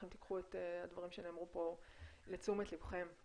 אם תקחו את הדברים שנאמרו פה לתשומת לבכם.